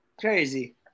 Crazy